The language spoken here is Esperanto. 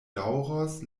daŭros